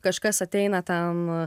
kažkas ateina ten